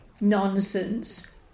Nonsense